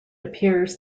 appears